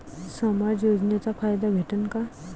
समाज योजनेचा फायदा भेटन का?